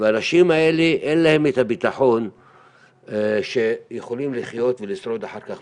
ולאנשים האלה אין את הביטחון שיכולים לחיות ולשרוד אחר כך.